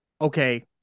okay